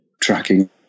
tracking